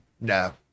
no